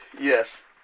Yes